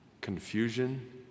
confusion